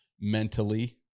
mentally